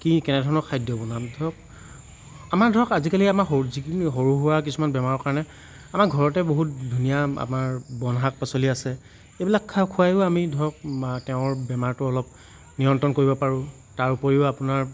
কি কেনেধৰণৰ খাদ্য বনাম ধৰক আমাৰ ধৰক আজিকালি আমাৰ সৰু যিখিনি সৰু সুৰা কিছুমান বেমাৰৰ কাৰণে আমাৰ ঘৰতে ধুনীয়া আমাৰ বন শাক পাচলি আছে এইবিলাক খাই খুৱাইও আমি ধৰক তেওঁৰ বেমাৰটো অলপ নিয়ন্ত্ৰণ কৰিব পাৰোঁ তাৰোপৰিও আপোনাৰ